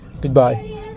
Goodbye